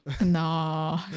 No